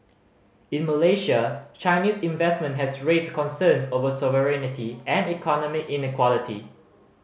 in Malaysia Chinese investment has raised concerns over sovereignty and economic inequality